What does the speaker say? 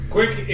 Quick